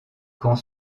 quand